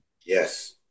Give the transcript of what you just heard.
yes